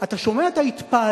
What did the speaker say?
אתה שומע את ההתפעלות,